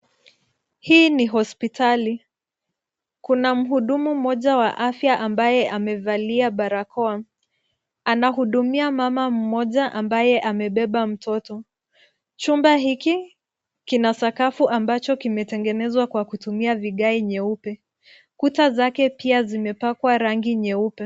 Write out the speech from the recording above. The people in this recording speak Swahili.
Hii ni hospitali, kuna mhudumu mmoja wa afya ambaye amevalia barakoa. Anahudumia mama mmoja ambaye amebeba mtoto. Chumba hiki kina sakafu ambacho kimetegezwa kwa kutumia vigae nyeupe. Kuta zake pia zimepakwa rangi nyeupe.